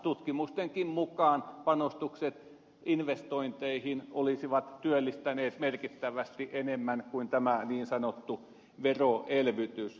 tutkimustenkin mukaan panostukset investointeihin olisivat työllistäneet merkittävästi enemmän kuin tämä niin sanottu veroelvytys